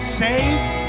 saved